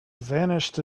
vanished